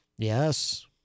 Yes